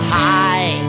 high